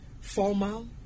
Formal